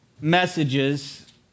messages